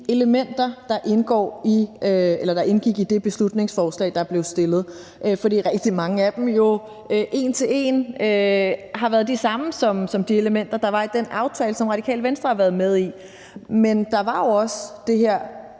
elementer, der indgik i det beslutningsforslag, der blev fremsat, fordi rigtig mange af dem jo en til en var de samme som de elementer, der var i den aftale, som Radikale Venstre har været med i. Men der var jo også det her